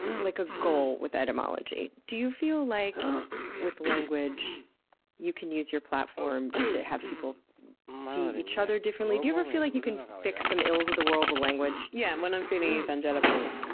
like, a goal with etymology, do you feel like with language you can use your platform to have people see each other differently? do you ever feel like you can fix some ills of the world with language? yeah. when i'm feeling evangelical.